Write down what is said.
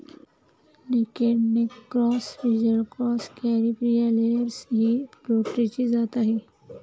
naked neck cross, frizzle cross, कॅरिप्रिया layers ही पोल्ट्रीची जात आहे